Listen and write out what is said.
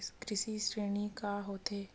कृषि ऋण का होथे?